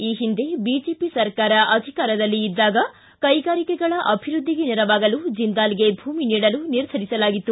ಈ ಹಿಂದೆ ಬಿಜೆಪಿ ಸರ್ಕಾರ ಅಧಿಕಾರದಲ್ಲಿ ಇದ್ದಾಗ ಕೈಗಾರಿಕೆಗಳ ಅಭಿವೃದ್ದಿಗೆ ನೆರವಾಗಲು ಜಿಂದಾಲ್ಗೆ ಭೂಮಿ ನೀಡಲು ನಿರ್ಧರಿಸಲಾಗಿತ್ತು